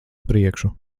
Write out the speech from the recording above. priekšu